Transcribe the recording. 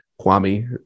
Kwame